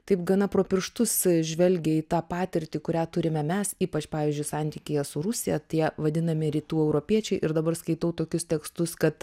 taip gana pro pirštus žvelgia į tą patirtį kurią turime mes ypač pavyzdžiui santykyje su rusija tie vadinami rytų europiečiai ir dabar skaitau tokius tekstus kad